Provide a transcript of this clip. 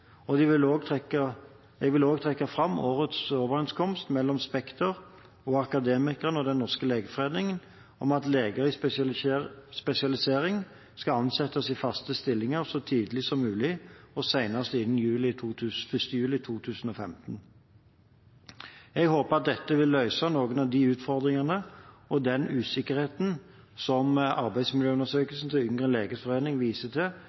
Jeg vil også trekke fram årets overenskomst mellom Spekter og Akademikerne/Den norske legeforening om at leger i spesialisering skal ansettes i faste stillinger så tidlig som mulig, og senest innen 1. juli 2015. Jeg håper at dette vil løse noen av de utfordringene og den usikkerheten som arbeidsmiljøundersøkelsen til Yngre legers forening viser til